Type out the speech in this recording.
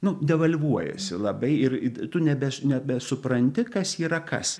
nu devalvuojasi labai ir tu nebes nebesupranti kas yra kas